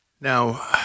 Now